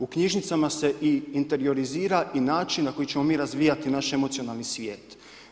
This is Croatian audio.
U knjižnicama se i interiorizira i način na koji ćemo mi razvijati naš emocionalni svijet.